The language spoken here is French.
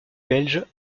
belge